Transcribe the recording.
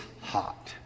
hot